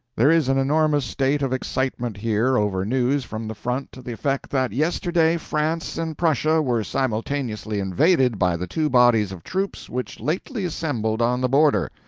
there is an enormous state of excitement here over news from the front to the effect that yesterday france and prussia were simultaneously invaded by the two bodies of troops which lately assembled on the border.